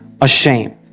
ashamed